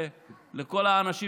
ולכל האנשים,